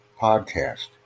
podcast